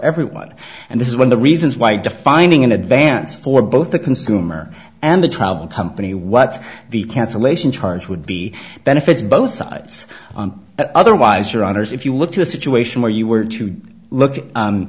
everyone and this is when the reasons why defining in advance for both the consumer and the travel company what's the cancellation charge would be benefits both sides otherwise your honour's if you look to a situation where you were to look